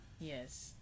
Yes